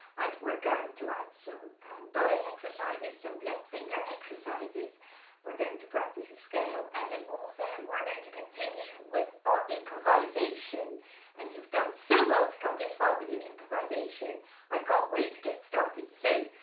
and we're going to add some bowing exercises some left finger exercises we're going to practice a scale and then also we're going to continue with our improvisation and you've done so well to come this far with your improvisation i can't wait to get started so,